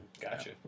gotcha